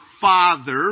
Father